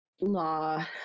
law